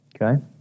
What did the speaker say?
Okay